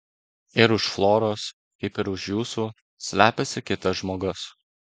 ir už floros kaip ir už jūsų slepiasi kitas žmogus